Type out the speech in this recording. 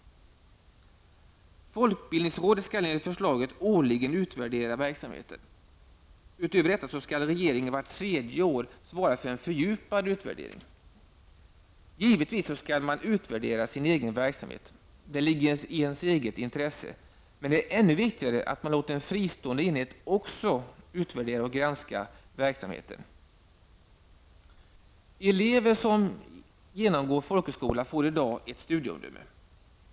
Folkbildningsrådet skall enligt förslaget årligen utvärdera verksamheten. Utöver detta skall regeringen vart tredje år svara för en fördjupad utvärdering. Givetvis skall man utvärdera sin egen verksamhet, det ligger i ens eget intresse, men det är ännu viktigare att man också låter en fristående enhet utvärdera och granska verksamheten. Elever som genomgår folkhögskola får i dag ett studieomdöme.